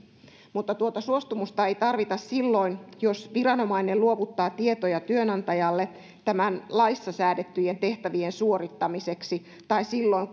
mutta tuota suostumusta ei tarvita silloin jos viranomainen luovuttaa tietoja työnantajalle tämän laissa säädettyjen tehtävien suorittamiseksi tai silloin